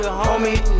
homie